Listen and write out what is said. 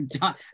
John